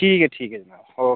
ठीक ऐ ठीक ऐ जनाब ओके